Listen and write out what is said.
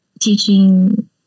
teaching